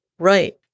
Right